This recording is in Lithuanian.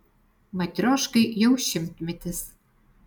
matrioškai jau šimtmetis